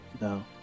No